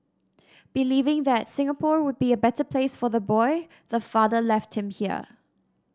believing that Singapore would be a better place for the boy the father left him here